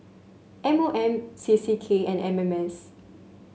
M O M C C K and M M S